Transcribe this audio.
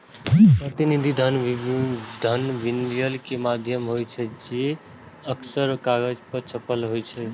प्रतिनिधि धन विनिमय के माध्यम होइ छै, जे अक्सर कागज पर छपल होइ छै